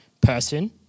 person